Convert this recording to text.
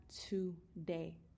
today